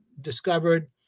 discovered